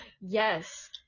yes